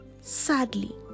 sadly